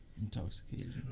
intoxicated